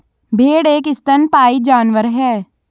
भेड़ एक स्तनपायी जानवर है